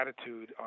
attitude